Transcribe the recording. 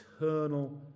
eternal